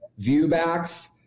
viewbacks